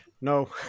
No